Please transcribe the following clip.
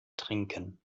trinken